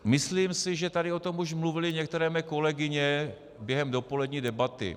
Myslím si, že tady o tom už mluvily některé mé kolegyně během dopolední debaty.